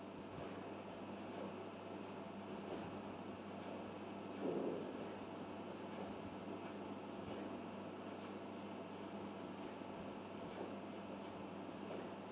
mm